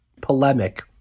polemic